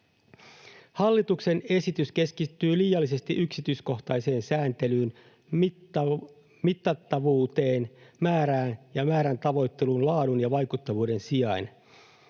Hallituksen esitys keskittyy liiallisesti yksityiskohtaiseen sääntelyyn, mitattavuuteen, määrään ja määrän tavoitteluun laadun ja vaikuttavuuden sijaan.